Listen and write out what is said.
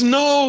no